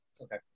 Okay